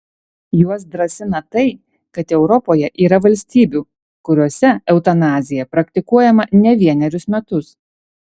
juos drąsina tai kad europoje yra valstybių kuriose eutanazija praktikuojama ne vienerius metus